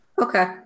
Okay